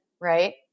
right